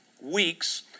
weeks